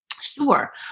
Sure